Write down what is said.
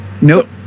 nope